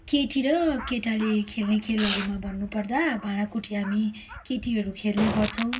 केटी र केटाले खेल्ने खेलहरूमा भन्नुपर्दा भाँडाकुटी हामी केटीहरू खेल्ने गर्छौँ